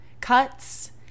cuts